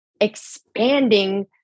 expanding